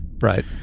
Right